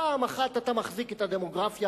פעם אחת אתה מחזיק את הדמוגרפיה,